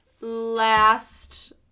Last